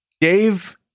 Dave